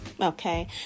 Okay